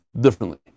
differently